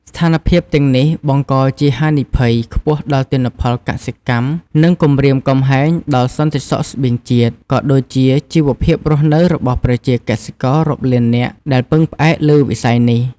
ស្ថានភាពទាំងនេះបង្កជាហានិភ័យខ្ពស់ដល់ទិន្នផលកសិកម្ម និងគំរាមកំហែងដល់សន្តិសុខស្បៀងជាតិ ក៏ដូចជាជីវភាពរស់នៅរបស់ប្រជាកសិកររាប់លាននាក់ដែលពឹងផ្អែកលើវិស័យនេះ។